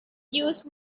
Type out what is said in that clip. juice